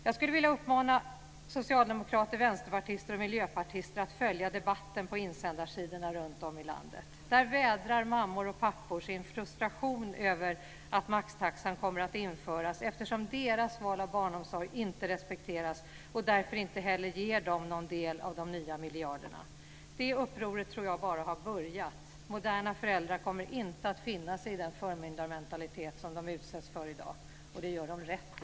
Jag skulle vilja uppmana socialdemokrater, västerpartister och miljöpartister att följa debatten på insändarsidorna runtom i landet. Där vädrar mammor och pappor sin frustration över att maxtaxan kommer att införas eftersom deras val av barnomsorg inte respekteras och därför inte heller ger dem någon del av de nya miljarderna. Det upproret tror jag bara har börjat. Moderna föräldrar kommer inte att finna sig i den förmyndarmentalitet som de utsätts för i dag. Det gör de rätt i.